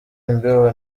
imbeho